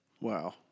Wow